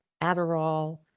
Adderall